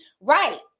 Right